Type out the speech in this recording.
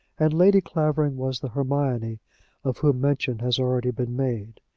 and lady clavering was the hermione of whom mention has already been made.